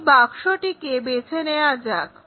এই বাক্সটিকে বেছে নেওয়া যাক